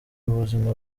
ubuzima